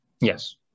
Yes